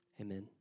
Amen